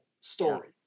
story